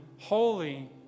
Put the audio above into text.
Holy